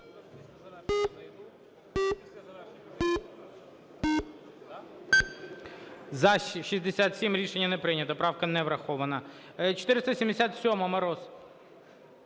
За-67 Рішення не прийнято. Правка не врахована. 477-а, Мороз.